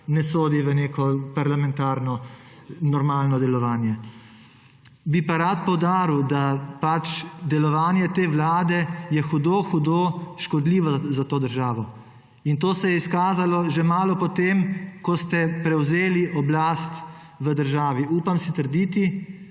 ne sodi v neko parlamentarno normalno delovanje. Bi pa rad poudaril, da pač delovanje te Vlade je hudo hudo škodljiva za to državo in to se je izkazalo že malo po tem, ko ste prevzeli oblast v državi. Upam si trditi,